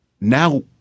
Now